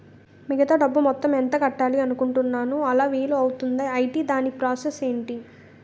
మిగతా డబ్బు మొత్తం ఎంత కట్టాలి అనుకుంటున్నాను అలా వీలు అవ్తుంధా? ఐటీ దాని ప్రాసెస్ ఎంటి?